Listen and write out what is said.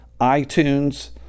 iTunes